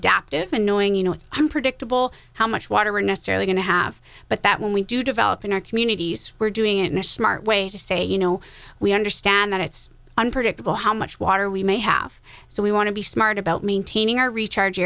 annoying you know it's unpredictable how much water are necessarily going to have but that when we do develop in our communities we're doing it in a smart way to say you know we understand that it's unpredictable how much water we may have so we want to be smart about maintaining our recharge